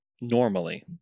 normally